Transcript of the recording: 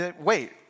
Wait